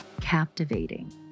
captivating